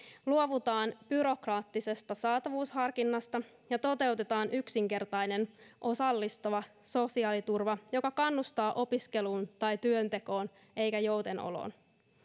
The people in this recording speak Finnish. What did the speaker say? luovutaan byrokraattisesta saatavuusharkinnasta ja toteutetaan yksinkertainen osallistava sosiaaliturva joka kannustaa opiskeluun tai työntekoon eikä joutenoloon